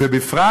ובפרט,